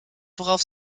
worauf